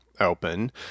open